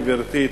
גברתי,